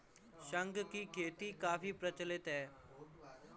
शंख की खेती काफी प्रचलित है